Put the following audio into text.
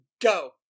Go